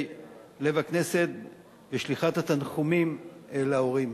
לב הכנסת בשליחת התנחומים אל ההורים.